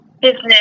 business